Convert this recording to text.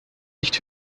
nicht